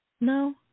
No